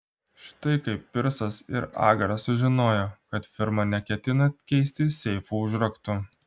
štai kaip pirsas ir agaras sužinojo kad firma neketina keisti seifų užraktų